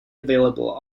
available